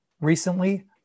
Recently